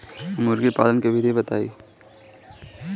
मुर्गी पालन के विधि बताई?